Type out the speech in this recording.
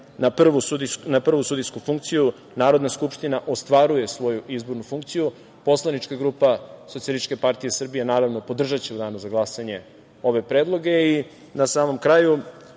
na prvu sudijsku funkciju Narodna skupština ostvaruje svoju izbornu funkciju. Poslanička grupa SPS naravno podržaće u danu za glasanje ove predloge. Na samom kraju